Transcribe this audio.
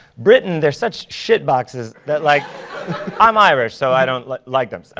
britain, they're such shit boxes that like i'm irish. so i don't like like them. so